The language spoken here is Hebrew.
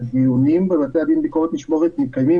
הדיונים בבתי הדין ביקורת משמורת מתקיימים,